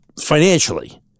financially